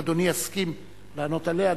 אם אדוני יסכים לענות עליה,